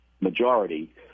majority